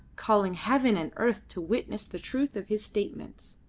calling heaven and earth to witness the truth of his statements.